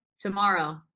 tomorrow